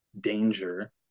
danger